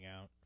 out